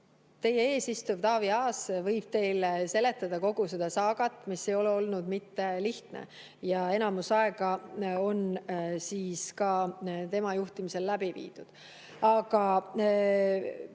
Teie ees istub Taavi Aas, kes võib teile seletada kogu seda saagat, mis ei ole olnud lihtne, ja enamus aega on tema juhtimisel läbi viidud. Jah,